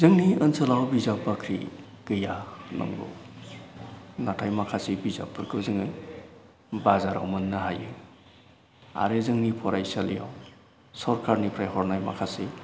जोंनि ओनसोलाव बिजाब बाख्रि गैया नंगौ नाथाय माखासे बिजाबफोरखौ जोङो बाजाराव मोननो हायो आरो जोंनि फरायसालियाव सरखारनिफ्राय हरनाय माखासे